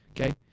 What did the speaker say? okay